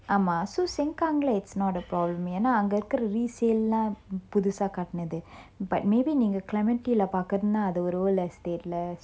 ஆமா:aama so seng kang lah it's not a problem ஏன்னா அங்க இருக்குற:eanna anga irukkura resale lah புதுசா கட்னது:puthusa katnathu but maybe நீங்க:neenga clementi lah பாக்குரன்னா அது ஒரு:pakkuranna athu oru old estate lah so